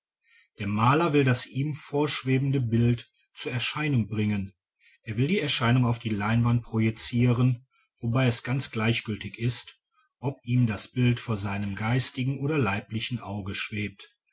der maler will das ihm vorschwebende bild zur erscheinung bringen er will die erscheinung auf die leinwand projizieren wobei es ganz gleichgültig ist ob ihm das bild vor seinem geistigen oder leiblichen auge schwebt